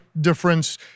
difference